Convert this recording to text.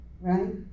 Right